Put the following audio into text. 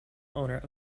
owner